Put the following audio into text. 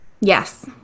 Yes